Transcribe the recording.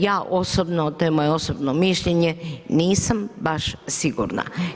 Ja osobno, to je moje osobno mišljenje, nisam baš sigurna.